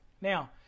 Now